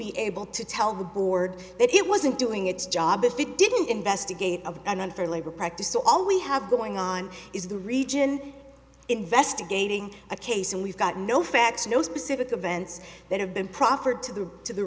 be able to tell the board that it wasn't doing its job if it didn't investigate of an unfair labor practice so all we have going on is the region investigating a case and we've got no facts no specific events that have been proffered to the to the